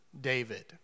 David